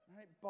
Right